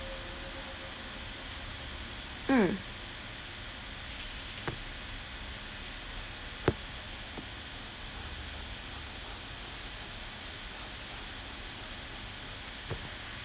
mm